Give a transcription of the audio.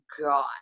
God